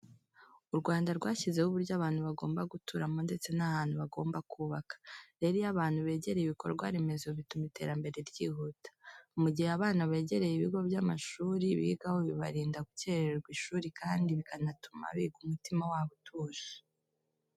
U Rwanda rwashyizeho uburyo abantu bagomba guturamo ndetse n'ahantu bagomba kubaka. Rero iyo abantu begereye ibikorwa remezo bituma iterambere ryihuta. Mu gihe abana begereye ibigo by'amashuri bigaho bibarinda gukerererwa ishuri kandi bikanatuma biga umutima wabo utuje.